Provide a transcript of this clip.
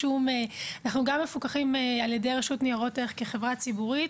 אנחנו מפוקחים על ידי רשות ניירות ערך כחברה ציבורית,